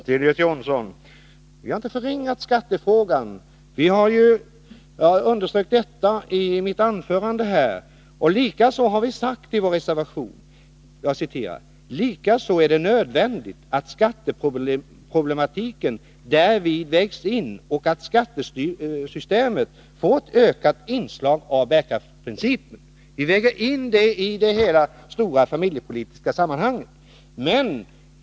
Herr talman! Vi har inte, Göte Jonsson, förringat skattefrågan. I mitt anförande underströk jag ju också dennas betydelse. I vår reservation har vi också skrivit bl.a. följande: ”Likaså är det nödvändigt att skatteproblematiken därvid vägs in och att skattesystemet får ett ökat inslag av bärkraftsprincipen.” Vi väger alltså in denna sak i hela det stora familjepolitiska sammanhanget.